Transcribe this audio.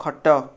ଖଟ